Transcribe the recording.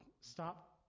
stop